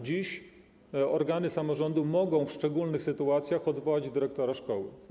Dziś organy samorządu mogą w szczególnych sytuacjach odwołać dyrektora szkoły.